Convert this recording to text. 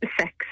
sex